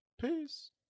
peace